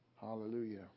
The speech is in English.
Hallelujah